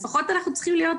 אנחנו צריכים להיות